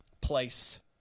place